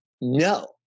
no